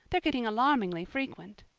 they're getting alarmingly frequent.